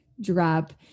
drop